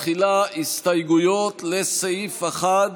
תחילה הסתייגויות לסעיף 1,